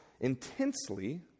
intensely